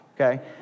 okay